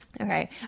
Okay